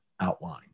outline